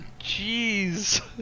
jeez